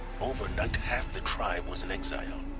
overnight, half the tribe was in exile.